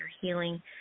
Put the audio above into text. healing